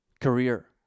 career